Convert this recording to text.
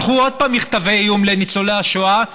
שלחו עוד פעם מכתבי איום לניצולי השואה,